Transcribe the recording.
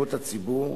ובבריאות הציבור,